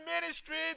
ministry